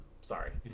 Sorry